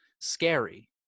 scary